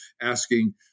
asking